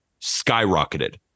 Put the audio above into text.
skyrocketed